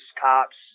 cops